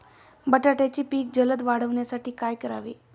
बटाट्याचे पीक जलद वाढवण्यासाठी काय करावे?